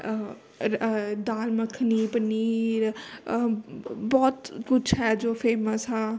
ਅਰ ਦਾਲ ਮਖਨੀ ਪਨੀਰ ਬਹੁਤ ਕੁਛ ਹੈ ਜੋ ਫੇਮਸ ਹਾਂ